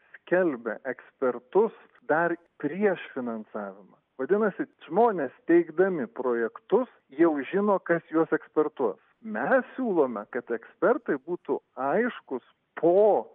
skelbia ekspertus dar prieš finansavimą vadinasi žmonės teikdami projektus jau žino kas juos ekspertuos mes siūlome kad ekspertai būtų aiškūs po